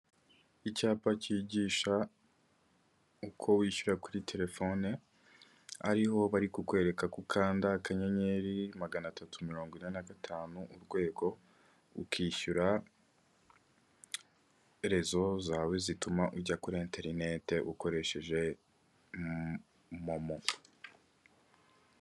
Icyapa cyigisha uko wishyura kuri telefone, ari ho bari kukwereka ko ukanda akanyenyeri maganatatu mirongo ine na gatanu urwego ukishyura, rezo zawe zituma ujya kuri interineti ukoresheje momo.